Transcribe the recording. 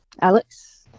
Alex